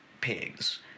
pigs